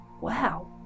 Wow